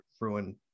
ruin